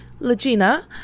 Legina